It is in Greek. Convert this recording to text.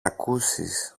ακούσεις